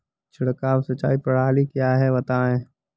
छिड़काव सिंचाई प्रणाली क्या है बताएँ?